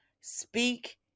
speak